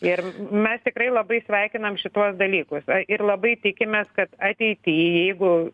ir mes tikrai labai sveikinam šituos dalykus a ir labai tikimės kad ateity jeigu